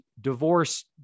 divorce